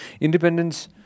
Independence